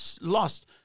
lost